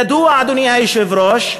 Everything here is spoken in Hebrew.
ידוע, אדוני היושב-ראש,